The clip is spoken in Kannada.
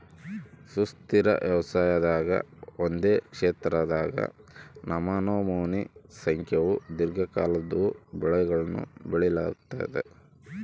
ಸುಸ್ಥಿರ ವ್ಯವಸಾಯದಾಗ ಒಂದೇ ಕ್ಷೇತ್ರದಾಗ ನಮನಮೋನಿ ಸಂಖ್ಯೇವು ದೀರ್ಘಕಾಲದ್ವು ಬೆಳೆಗುಳ್ನ ಬೆಳಿಲಾಗ್ತತೆ